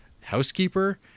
housekeeper